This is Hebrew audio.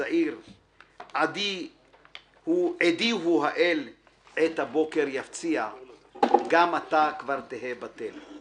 צעיר/ עדי הוא האל/ עת הבוקר יפציע/ גם אתה כבר תהא בטל//